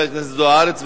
חברת הכנסת זוארץ,